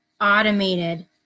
automated